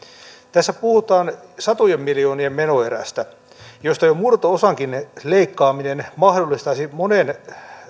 tässä puhutaan satojen miljoonien menoerästä josta jo murto osankin leikkaaminen mahdollistaisi monen